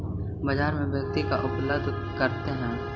बाजार में व्यक्ति का उपलब्ध करते हैं?